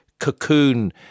Cocoon